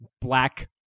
black